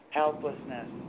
helplessness